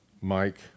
Mike